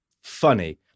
funny